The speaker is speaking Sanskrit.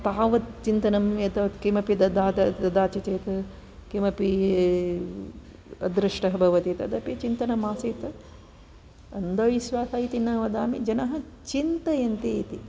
तावत् चिन्तनम् एतावद् किमपि ददाति चेत् किमपि अदृष्टः भवति तदपि चिन्तनमासीत् अन्धविश्वास इति न वदामि जनः चिन्तयन्ति इति